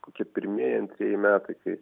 kokie pirmieji antrieji metai kai